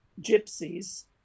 gypsies